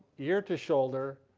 ear to shoulder,